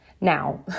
Now